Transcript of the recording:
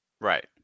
Right